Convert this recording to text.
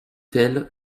tell